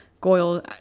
Goyle